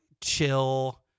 chill